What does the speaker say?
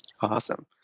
awesome